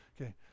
Okay